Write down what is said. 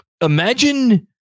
imagine